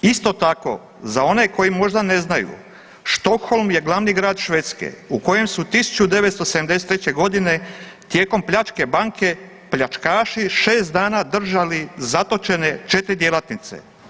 Isto tako za one koji možda ne znaju Stockholm je glavni grad Švedske u kojem su 1973. godine tijekom plačke banke pljačkaši 6 dana držali zatočene 4 djelatnice.